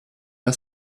das